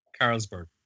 Carlsberg